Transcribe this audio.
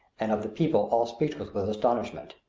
and of the people all speechless with astonishment.